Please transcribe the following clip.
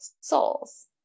souls